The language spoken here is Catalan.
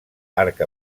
arc